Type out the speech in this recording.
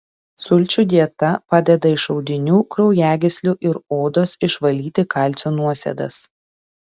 sulčių dieta padeda iš audinių kraujagyslių ir odos išvalyti kalcio nuosėdas